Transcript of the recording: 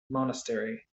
monastery